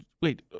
wait